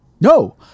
No